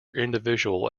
individual